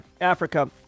Africa